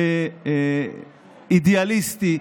אידיאליסטי,